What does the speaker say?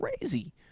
crazy